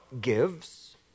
gives